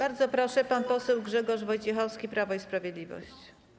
Bardzo proszę, pan poseł Grzegorz Wojciechowski, Prawo i Sprawiedliwość.